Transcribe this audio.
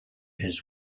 his